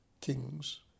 kings